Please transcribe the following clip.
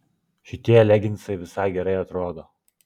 šitie leginsai visai gerai atrodo